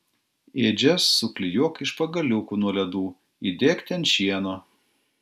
ėdžias suklijuok iš pagaliukų nuo ledų įdėk ten šieno